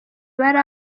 bari